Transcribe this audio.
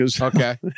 Okay